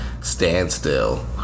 Standstill